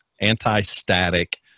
anti-static